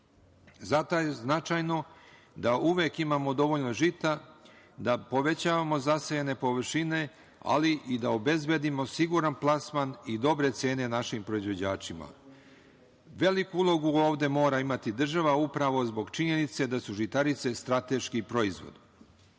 Zato je značajno da uvek imamo dovoljno žita, da povećavamo zasejane površine, ali i da obezbedimo siguran plasman i dobre cene našim proizvođačima. Veliku ulogu mora imati država, upravo zbog činjenice da su žitarice strateški proizvod.